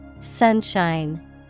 Sunshine